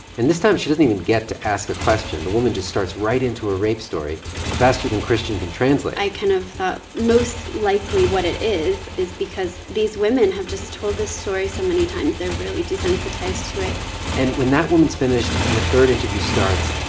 and this time she doesn't even get to ask a question. the woman just starts right into her ah rape story faster than christian can translate i kind of thought, most likely what it is is because these women have just told this story so many times, they're really desensitized to it and when that woman's finished, and a third interview starts,